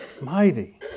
mighty